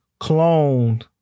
cloned